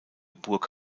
burg